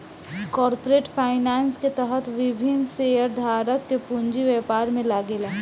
corporate finance के तहत विभिन्न शेयरधारक के पूंजी व्यापार में लागेला